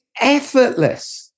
effortless